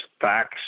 facts